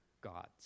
gods